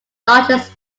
largest